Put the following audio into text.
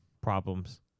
problems